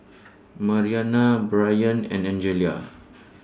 Mariana Bryant and Angella